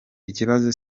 ikibazo